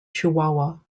chihuahua